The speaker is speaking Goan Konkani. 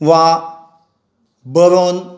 वा बरोवन